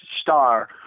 star